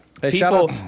people